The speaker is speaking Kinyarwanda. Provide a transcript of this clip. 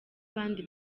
abandi